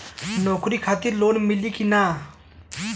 नौकरी खातिर लोन मिली की ना?